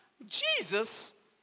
Jesus